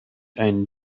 ein